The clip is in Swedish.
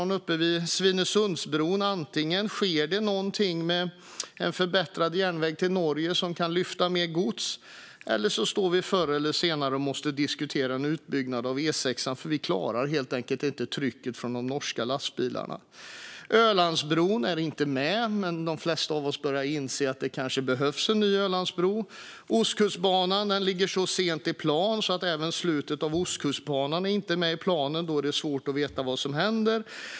Det är uppe vid Svinesundsbron. Antingen sker det något med en förbättrad järnväg till Norge som kan lyfta mer gods, eller så står vi förr eller senare och måste diskutera en utbyggnad av E6:an eftersom vi inte klarar trycket från de norska lastbilarna. Ölandsbron är inte med, men de flesta av oss börjar inse att det kanske behövs en ny Ölandsbro. Ostkustbanan ligger så sent i plan att även slutet av Ostkustbanan inte är med i planen eftersom det är svårt att veta vad som händer.